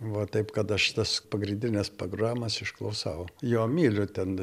va taip kad aš tas pagrindines programas išklausau jo myliu ten